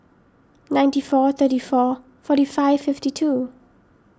ninety four thirty four forty five fifty two